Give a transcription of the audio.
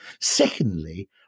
Secondly